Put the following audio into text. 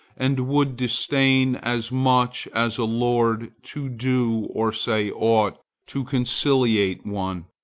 and would disdain as much as a lord to do or say aught to conciliate one,